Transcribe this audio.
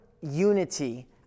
unity